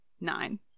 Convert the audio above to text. nine